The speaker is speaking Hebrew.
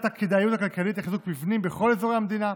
הכדאיות הכלכלית לחיזוק המבנים לכל האזורים במדינה.